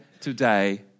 today